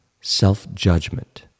self-judgment